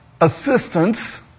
assistance